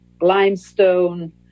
limestone